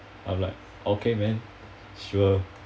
I'm like okay man sure